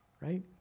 right